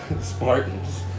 Spartans